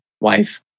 wife